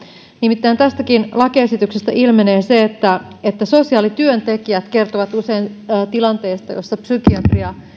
nimittäin tästäkin lakiesityksestä ilmenee se että että sosiaalityöntekijät kertovat usein tilanteesta jossa psykiatria